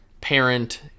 parent